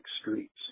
streets